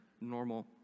normal